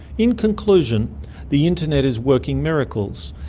in conclusion the internet is working miracles.